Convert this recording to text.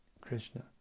Krishna